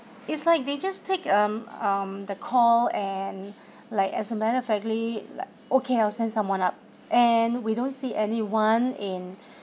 it's like they just take um um the call and like as a matter of factly like okay I'll send someone up and we don't see anyone in